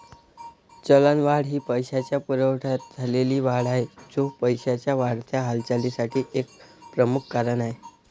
चलनवाढ ही पैशाच्या पुरवठ्यात झालेली वाढ आहे, जो पैशाच्या वाढत्या हालचालीसाठी एक प्रमुख कारण आहे